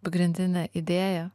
pagrindinė idėja